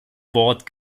wort